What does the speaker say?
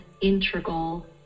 integral